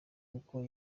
kuko